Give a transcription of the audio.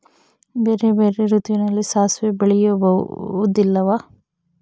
ಬೇರೆ ಬೇರೆ ಋತುವಿನಲ್ಲಿ ಸಾಸಿವೆ ಬೆಳೆಯುವುದಿಲ್ಲವಾ?